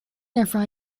ervaar